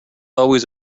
always